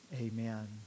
Amen